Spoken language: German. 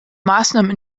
maßnahmen